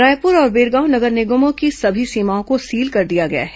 रायपुर और बिरगांव नगर निगमों की सभी सीमाओं को सील किया गया है